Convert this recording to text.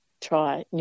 try